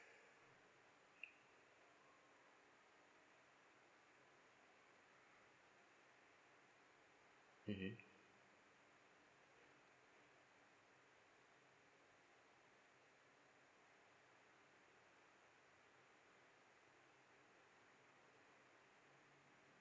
mmhmm